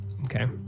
okay